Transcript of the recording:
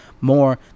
more